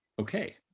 okay